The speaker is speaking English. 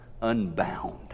unbound